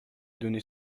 donné